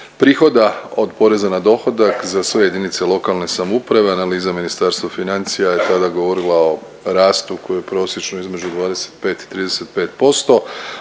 prihoda od poreza na dohodak za sve jedinice lokalne samouprave, analiza Ministarstva financija je tada govorila o rastu koji je prosječno između 25 i 35%,